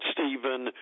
Stephen